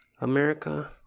America